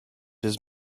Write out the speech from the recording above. his